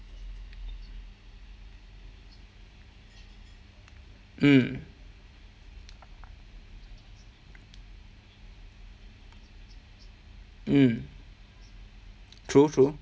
mm mm true true